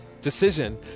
decision